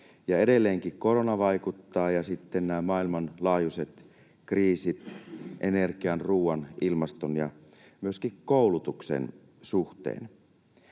Edelleenkin korona vaikuttaa ja sitten nämä maailmanlaajuiset kriisit energian, ruoan, ilmaston ja myöskin koulutuksen suhteen.